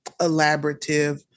elaborative